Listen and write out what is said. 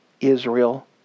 Israel